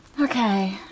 Okay